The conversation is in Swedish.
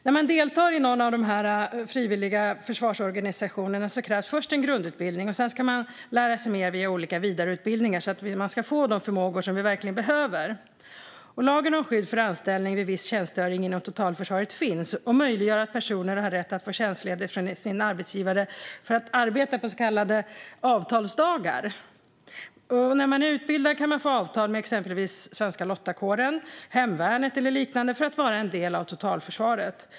När man deltar i någon av de frivilliga försvarsorganisationerna krävs först en grundutbildning. Sedan ska man lära sig mer via olika vidareutbildningar, så att man ska få de förmågor som vi verkligen behöver. Lagen om skydd för anställning vid viss tjänstgöring inom totalförsvaret finns och möjliggör att personer har rätt att få tjänstledigt från sin arbetsgivare för att arbeta på så kallade avtalsdagar. När man är utbildad kan man få avtal med exempelvis Svenska Lottakåren, hemvärnet eller liknande för att vara en del av totalförsvaret.